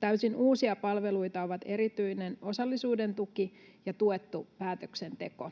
Täysin uusia palveluita ovat erityinen osallisuuden tuki ja tuettu päätöksenteko.